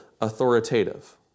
authoritative